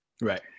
Right